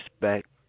respect